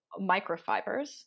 microfibers